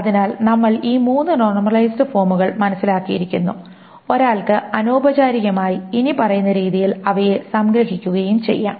അതിനാൽ നമ്മൾ ഈ മൂന്ന് നോർമലൈസ്ഡ് ഫോമുകൾ മനസ്സിലാക്കിയിരിക്കുന്നു ഒരാൾക്ക് അനൌപചാരികമായി ഇനി പറയുന്ന രീതിയിൽ അവയെ സംഗ്രഹിക്കുകയും ചെയ്യാം